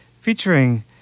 featuring